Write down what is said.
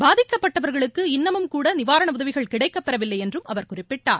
பாதிக்கப்பட்டவர்களுக்கு இன்னமும் கூட நிவாரண உதவிகள் கிடைக்கப்பெறவில்லை என்றும் அவர் குறிப்பிட்டார்